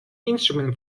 instrument